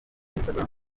instagram